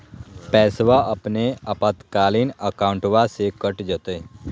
पैस्वा अपने आपातकालीन अकाउंटबा से कट जयते?